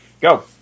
Go